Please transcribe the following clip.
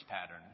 pattern